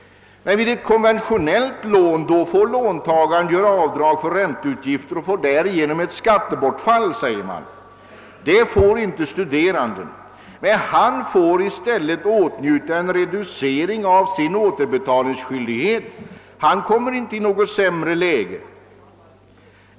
Men vid ett konventionellt lån kan låntagaren göra avdrag för ränteutgifter och får därigenom, säger man, ett skattebortfall. Det får inte studeranden men i stället får denne åtnjuta en reducering av sin återbetalningsskyldighet och kommer därför inte i något sämre läge.